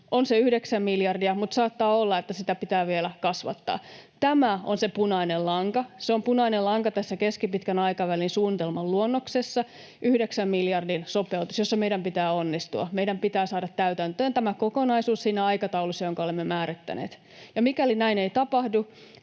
yhdeksän miljardia, mutta saattaa olla, että sitä pitää vielä kasvattaa. Tämä on se punainen lanka, se on punainen lanka tässä keskipitkän aikavälin suunnitelman luonnoksessa, yhdeksän miljardin sopeutus, jossa meidän pitää onnistua. Meidän pitää saada täytäntöön tämä kokonaisuus siinä aikataulussa, jonka olemme määrittäneet. Mikäli näin ei tapahdu